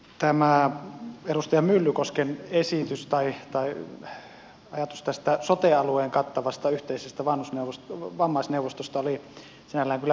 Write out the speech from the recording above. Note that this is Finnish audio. tämä edustaja myllykosken ajatus tästä sote alueen kattavasta yhteisestä vammaisneuvostosta oli sinällään kyllä mielenkiintoinen